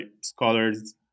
scholars